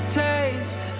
taste